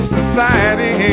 society